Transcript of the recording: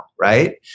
Right